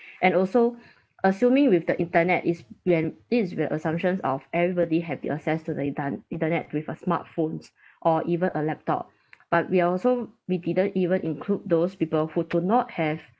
and also assuming with the internet is when this is with assumptions of everybody have the access to the inta~ internet with a smartphones or even a laptop but we also we didn't even include those people who do not have